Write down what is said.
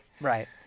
Right